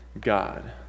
God